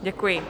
Děkuji.